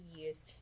years